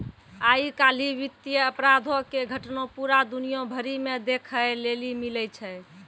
आइ काल्हि वित्तीय अपराधो के घटना पूरा दुनिया भरि मे देखै लेली मिलै छै